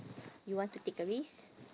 you want to take a risk